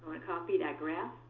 copy that graph.